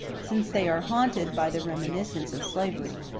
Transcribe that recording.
since they are haunted by the reminiscence of slavery,